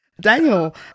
Daniel